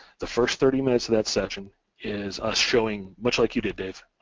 the first thirty minutes of that session is us showing, much like you did, dave,